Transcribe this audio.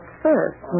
first